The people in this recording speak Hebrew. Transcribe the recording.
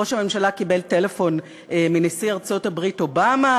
ראש הממשלה קיבל טלפון מנשיא ארצות-הברית אובמה?